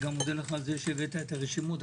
מודה לך גם שהבאת את הרשימות.